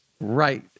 Right